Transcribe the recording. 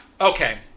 Okay